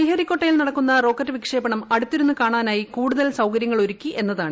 ശ്രീഹരിക്കോട്ടയിൽ നടക്കുന്ന റോക്കറ്റ് ഫ്ലിക്ഷേപണം അടുത്തിരുന്നു കാണാനായി കൂടതൽ സൌകര്യങ്ങൾ ഒരുക്കി എന്നതാണ്